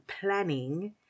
planning